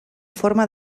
forma